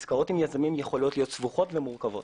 עסקאות עם יזמים יכולות להיות סבוכות ומורכבות.